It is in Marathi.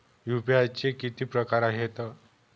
यू.पी.आय चे किती प्रकार आहेत?